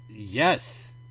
Yes